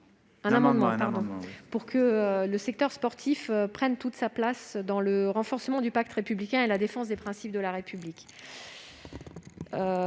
de faire en sorte que le secteur sportif prenne toute sa place dans le renforcement du pacte républicain et la défense des principes de la République.